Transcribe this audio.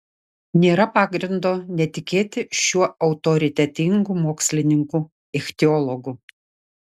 nėra pagrindo netikėti šiuo autoritetingu mokslininku ichtiologu